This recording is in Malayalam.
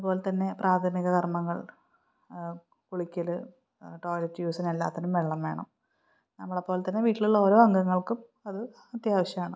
അതുപോലെ തന്നെ പ്രാഥമിക കർമ്മങ്ങൾ കുളിക്കല് ടോയ്ലറ്റ് യൂസിനും എല്ലാത്തിനും വെള്ളം വേണം നമ്മളെപ്പോലെ തന്നെ വീട്ടിലുള്ള ഓരോ അംഗങ്ങൾക്കും അത് അത്യാവശ്യമാണ്